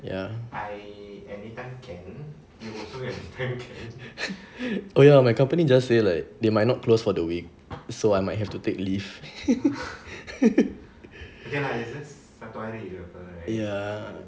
ya oh ya my company just say like they might not close for the week so I might have to take leave ya